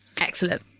excellent